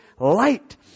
light